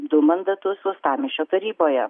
du mandatus uostamiesčio taryboje